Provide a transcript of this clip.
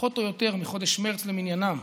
פחות או יותר מחודש מרץ למניינם,